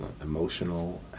emotional